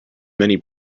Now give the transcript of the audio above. many